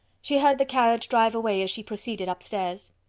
she heard the carriage drive away as she proceeded up stairs.